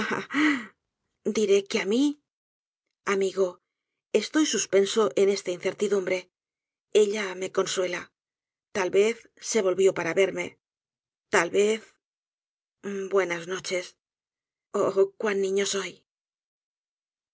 diré que á mí amigo estoy suspenso en esta incerlidumbre ella me consuela tal vez se volvió para verme tal vez buenas noches oh cuan niño soy